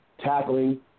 Tackling